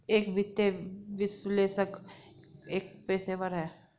एक वित्तीय विश्लेषक एक पेशेवर है